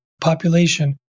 population